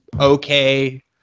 okay